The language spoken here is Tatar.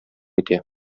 итә